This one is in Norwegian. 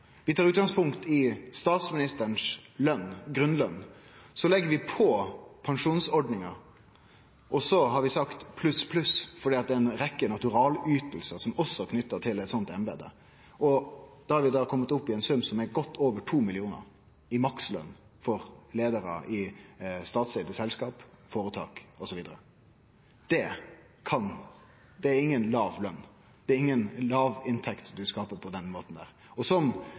Vi tar utgangspunkt i statsministerens grunnløn. Så legg vi på pensjonsordninga, og så har vi sagt pluss pluss, for det er også ei rekkje naturalytingar som er knytte til eit sånt embete. Da er vi komne opp i ein sum på godt over 2 mill. kr i maksløn for leiarar i statseigde selskap, føretak osv. Det er inga låg løn. Det er inga låg inntekt ein skaper på den måten. Som nemnt tidlegare: Det er ingen samanheng mellom høg løn og